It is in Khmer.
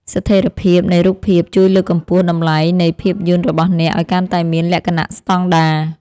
ស្ថិរភាពនៃរូបភាពជួយលើកកម្ពស់តម្លៃនៃភាពយន្តរបស់អ្នកឱ្យកាន់តែមានលក្ខណៈស្តង់ដារ។